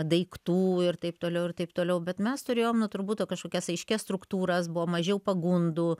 daiktų ir taip toliau ir taip toliau bet mes turėjom nu turbūt kažkokias aiškias struktūras buvo mažiau pagundų